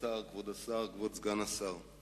כבוד השר, כבוד סגן השר,